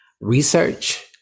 research